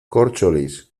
córcholis